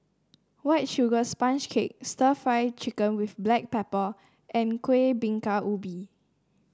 White Sugar Sponge Cake stir Fry Chicken with Black Pepper and Kuih Bingka Ubi